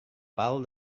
pal